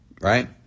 right